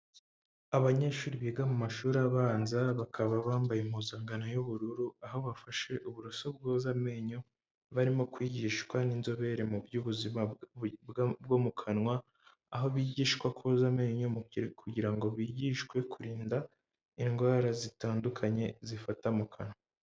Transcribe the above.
Abanyeshuri biga mu mashuri abanza, bakaba bambaye impuzankano y'ubururu, aho bafashe uburoso bwoza amenyo, barimo kwigishwa n'inzobere mu by'ubuzima bwo mu kanwa, aho bigishwa koza amenyo kugira ngo bigishwe kurinda indwara zitandukanye zifata mu kanwa.